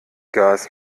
gas